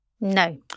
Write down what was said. No